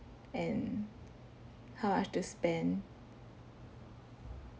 and how much to spend